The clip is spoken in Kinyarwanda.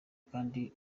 kandi